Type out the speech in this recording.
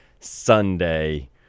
sunday